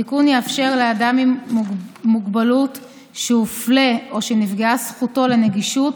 התיקון יאפשר לאדם עם מוגבלות שהופלה או שנפגעה זכותו לנגישות